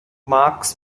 marks